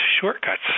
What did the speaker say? shortcuts